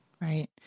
Right